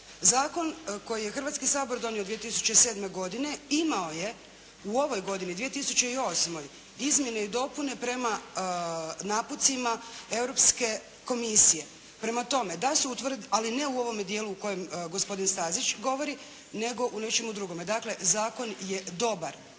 Zakon koji je Hrvatski sabor donio 2007. godine imao je u ovoj godini 2008. Izmjene i dopune prema napucima Europske komisije. Prema tome, da se utvrdi, ali ne u ovome dijelu o kome gospodin Stazić govori, nego u nečemu drugome. Dakle, Zakon je dobar.